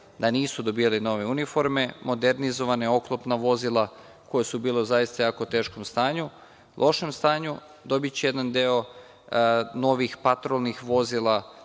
da nisu dobijali nove uniforme. Modernizovana, oklopna vozila koja su bila u zaista teškom stanju, lošem stanju. Dobiće jedan deo novih patrolnih vozila,